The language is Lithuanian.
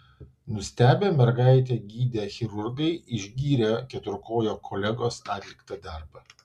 nustebę mergaitę gydę chirurgai išgyrė keturkojo kolegos atliktą darbą